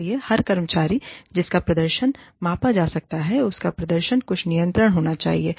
इसलिए हर कर्मचारी जिसका प्रदर्शन मापा जा रहा है उसका प्रदर्शन पर कुछ नियंत्रण होना चाहिए